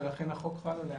ולכן החוק חל עליה.